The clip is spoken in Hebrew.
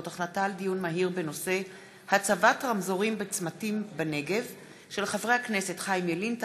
דיון מהיר בהצעתם של חברי הכנסת חיים ילין,